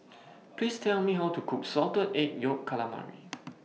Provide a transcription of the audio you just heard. Please Tell Me How to Cook Salted Egg Yolk Calamari